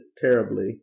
terribly